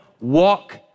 walk